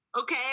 okay